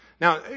Now